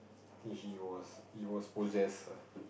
he he was he was possessed ah